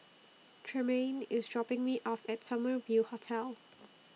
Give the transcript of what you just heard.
Tremayne IS dropping Me off At Summer View Hotel